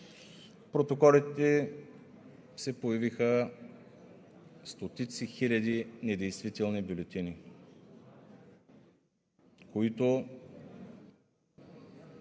протоколите се появиха стотици хиляди недействителни бюлетини, които